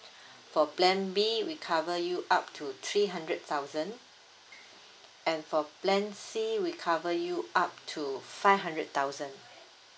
for plan B we cover you up to three hundred thousand and for plan C we cover you up to five hundred thousand